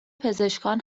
پزشکان